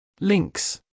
Links